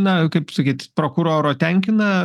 na kaip sakyt prokuroro tenkina